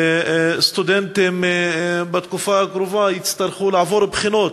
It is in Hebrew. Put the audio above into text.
סטודנטים בתקופה הקרובה יצטרכו לעבור בחינות,